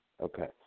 Okay